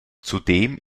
zudem